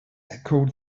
echoed